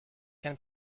can